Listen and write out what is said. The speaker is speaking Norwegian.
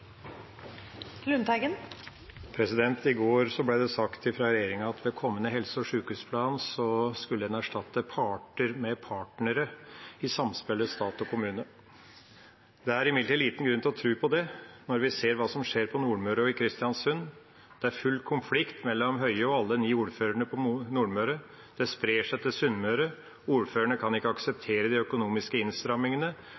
målkravet. I går ble det sagt fra regjeringa at i den kommende helse- og sjukehusplanen skulle en erstatte «parter» med «partnere» i samspillet mellom stat og kommune. Det er imidlertid liten grunn til å tro på det når vi ser hva som skjer på Nordmøre og i Kristiansund. Det er full konflikt mellom statsråd Høie og alle de ni ordførerne på Nordmøre. Og det sprer seg til Sunnmøre. Ordførerne kan